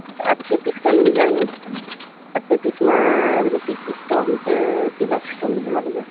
ᱟᱴ ᱴᱤ ᱯᱤᱥ ᱜᱟᱱᱞᱤᱧ ᱤᱫᱤᱭᱟ ᱦᱩᱱᱟᱹᱝ ᱟᱴ ᱴᱤ ᱯᱤᱥ ᱢᱟ ᱟᱵᱤᱱᱟᱜ ᱯᱤᱥ ᱥᱤᱥᱴᱚᱢᱛᱮ ᱮᱢᱟᱞᱤᱧᱟ